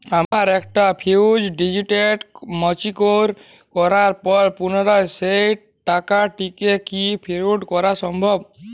আমার একটি fixed deposit mature করার পর পুনরায় সেই টাকাটিকে কি ফিক্সড করা সম্ভব?